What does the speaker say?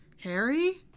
Harry